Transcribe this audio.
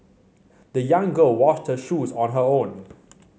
the young girl washed her shoes on her own